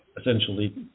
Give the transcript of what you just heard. essentially